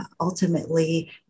Ultimately